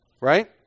Right